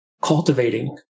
cultivating